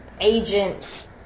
agent's